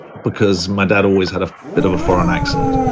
because my dad always had a bit of a foreign accent.